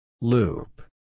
Loop